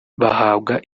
bahabwa